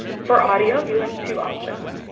for audio, you have two options.